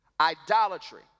Idolatry